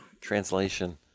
Translation